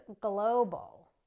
global